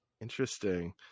Interesting